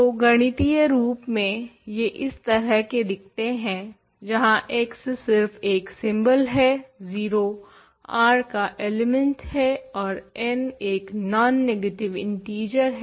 तो गणितीय रूप में ये इस तरह के दिखते हैं जहाँ x सिर्फ एक सिंबल है 0 R का एलिमेंट है और n एक नॉन नेगेटिव इन्टिजर है